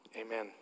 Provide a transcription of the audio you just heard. Amen